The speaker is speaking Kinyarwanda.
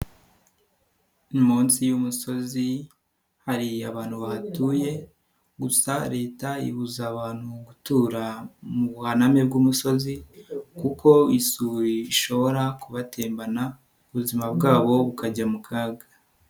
Ni munsi y'umusozi hari abantu bahatuye gusa leta ibuza abantu gutura mu buhaname bw'umusozi kuko isuri ishobora kubatembana ubuzima bwabo bukajya mu kaga.